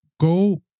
go